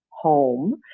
home